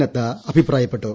നദ്ദ അഭിപ്രായപ്പെട്ടു